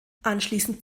anschließend